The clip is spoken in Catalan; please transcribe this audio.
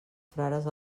frares